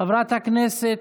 חברת הכנסת,